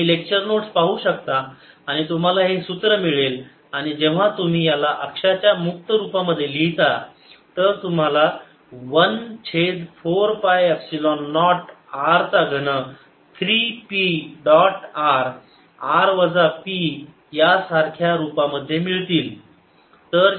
तुम्ही lecture notes पाहू शकता आणि तुम्हाला हे सूत्र मिळेल आणि जेव्हा तुम्ही याला अक्षाच्या मुक्त रूपामध्ये लिहिता तर तुम्हाला 1 छेद 4 पाय एपसिलोन नॉट r चा घन 3 P डॉट r r वजा P यासारख्या रूपामध्ये मिळतील